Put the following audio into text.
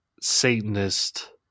Satanist